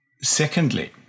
Secondly